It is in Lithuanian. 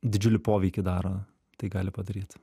didžiulį poveikį daro tai gali padaryt